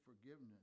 forgiveness